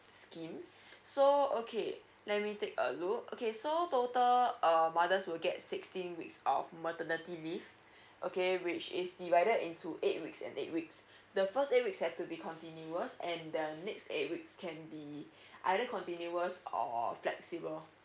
scheme so okay let me take a look okay so total err mothers will get sixteen weeks of maternity leave okay which is divided into eight weeks and eight weeks the first eight weeks have to be continuous and the next eight weeks can be either continuous or flexible